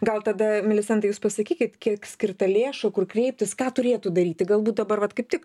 gal tada milisenta jūs pasakykit kiek skirta lėšų kur kreiptis ką turėtų daryti galbūt dabar vat kaip tik